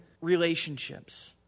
relationships